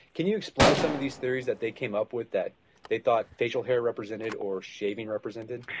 can you explain some of these theories that they came up with that they thought facial hair represented or shaving represented?